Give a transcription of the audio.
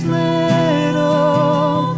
little